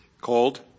Cold